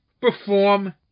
perform